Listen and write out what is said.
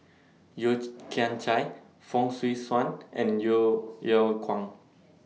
Yeo Kian Chye Fong Swee Suan and Yeo Yeow Kwang